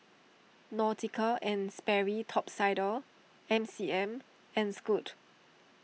Nautica and Sperry Top Sider MCM and Scoot